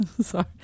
Sorry